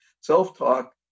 Self-talk